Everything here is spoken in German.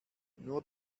nur